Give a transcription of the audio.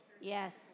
Yes